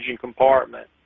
compartment